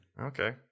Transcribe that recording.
Okay